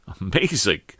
Amazing